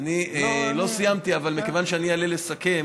אני לא סיימתי, אבל מכיוון שאני אעלה לסכם